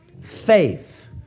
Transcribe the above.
Faith